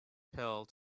pill